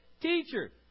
Teacher